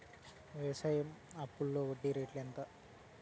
వ్యవసాయ అప్పులో వడ్డీ రేట్లు ఎంత?